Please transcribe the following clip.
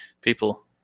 people